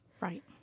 right